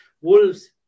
Wolves